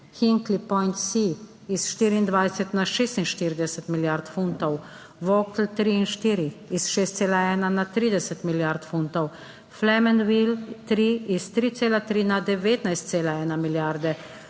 HinkleyPointSi(?) iz 24 na 46 milijard funtov, Wokel(?) 3 in 4 iz 6,1 na 30 milijard funtov, Flamanville(?) iz 3,3 na 19,1 milijarde,